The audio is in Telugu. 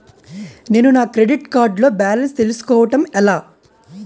నేను నా క్రెడిట్ కార్డ్ లో బాలన్స్ తెలుసుకోవడం ఎలా?